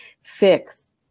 Fix